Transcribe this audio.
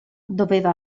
doveva